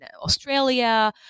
Australia